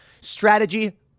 Strategy